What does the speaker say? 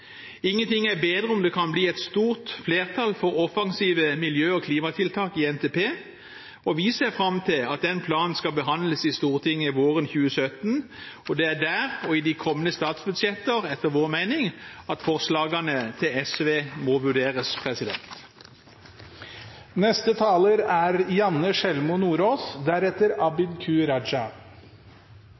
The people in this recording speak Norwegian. Ingenting er bedre enn om det kan bli et stort flertall for offensive miljø- og klimatiltak i NTP, og vi ser fram til at den planen skal behandles i Stortinget våren 2017. For det er der og i de kommende statsbudsjetter at forslagene til SV etter vår mening må vurderes.